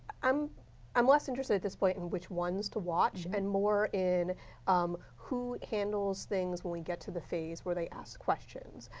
um i'm less interested at this point in which one to watch and more in um who handles things when we get to the states where they ask questions.